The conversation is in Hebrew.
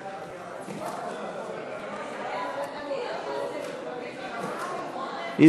(19) של קבוצת סיעת יש עתיד לסעיף 5(2) לא נתקבלה.